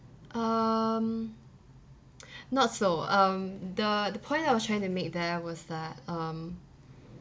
um not so um the the point I was trying to make there was that um